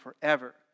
forever